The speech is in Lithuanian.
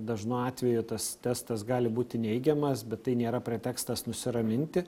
dažnu atveju tas testas gali būti neigiamas bet tai nėra pretekstas nusiraminti